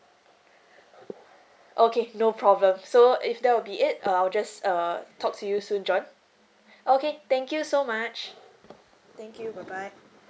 okay no problem so if that will be it uh I'll just uh talk to you soon john okay thank you so much thank you bye bye